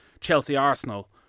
Chelsea-Arsenal